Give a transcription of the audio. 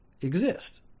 exist